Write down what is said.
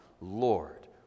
Lord